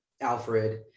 Alfred